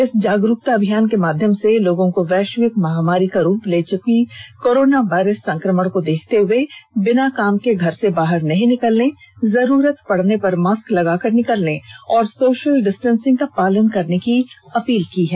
इस जागरूकता अभियान के माध्यम से लोगों को वैश्विक महामारी का रूप ले चुकी कोरोना वायरस संक्रमण को देखते हुए बिना काम के घर से बाहर नहीं निकलने जरूरत पड़ने पर मास्क लगाकर निकलने और सोशल डिस्टेसिंग का पालन करने की अपील की गई